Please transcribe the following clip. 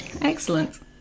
excellent